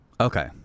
Okay